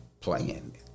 playing